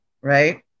right